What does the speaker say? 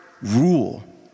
rule